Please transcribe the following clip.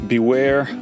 Beware